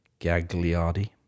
Gagliardi